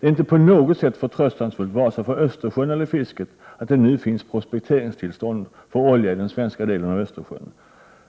Det är inte på något sätt, vare sig i fråga om Östersjön eller i fråga om fisket, någon tröst att det nu finns tillstånd för oljeprospektering i den svenska delen av Östersjön.